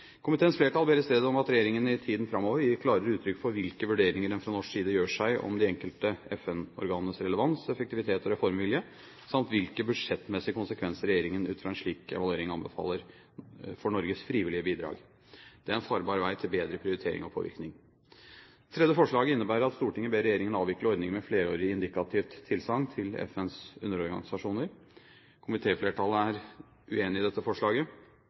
Komiteens flertall ber i stedet om at regjeringen i tiden framover gir klarere uttrykk for hvilke vurderinger en fra norsk side gjør seg om de enkelte FN-organenes relevans, effektivitet og reformvilje, samt hvilke budsjettmessige konsekvenser regjeringen ut fra en slik evaluering anbefaler for Norges frivillige bidrag. Det er en farbar vei til bedre prioritering og påvirkning. Det tredje forslaget innebærer at «Stortinget ber regjeringen avvikle ordningen med flerårig indikativt tilsagn til FNs underorganisasjoner». Komitéflertallet er uenig i dette forslaget,